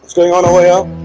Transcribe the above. going on over ah